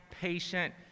patient